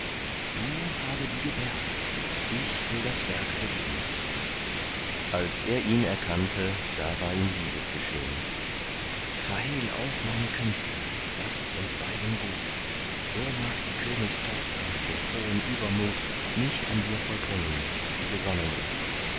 du habe die gebärde ich will das werk begehn als er ihn erkannte da war ihm liebes geschehn verhehl auch meine künste das ist uns beiden gut so mag die königstochter den hohen übermut nicht an dir vollbringen wie sie gesonnen ist